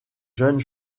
jeunes